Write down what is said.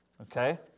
okay